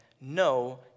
no